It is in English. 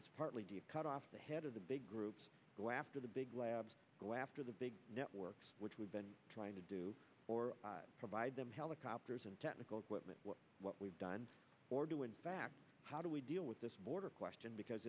it's partly cut off the head of the big groups go after the big labs go after the big networks which we've been trying to do or provide them helicopters and technical equipment what we've done or do in fact how do we deal with this border question because